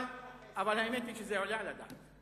אבל האמת היא שזה עולה על הדעת,